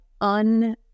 un